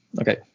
okay